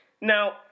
Now